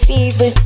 Fever